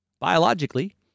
biologically